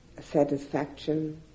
satisfaction